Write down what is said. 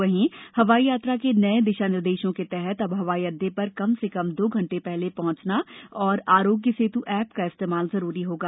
वहींहवाई यात्रा के नए दिशा निर्देशों के तहत अब हवाई अड्डे पर कम से कम दो घंटे पहले पहँचना और आरोग्य सेत् ऐप का इस्तेमाल जरूरी होगा